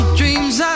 dreams